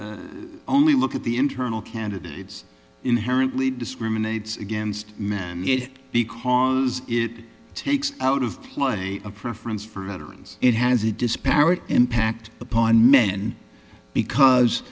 only look at the internal candidate is inherently discriminates against men it because it takes out of play a preference for veterans it has a disparate impact upon men because